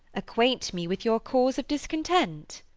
acquaint me with your cause of discontent.